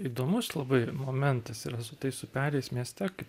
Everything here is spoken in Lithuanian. įdomus labai momentas yra su tais upeliais mieste k